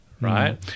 right